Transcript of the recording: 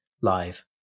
live